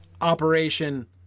Operation